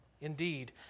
Indeed